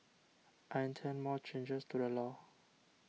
I intend more changes to the law